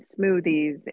smoothies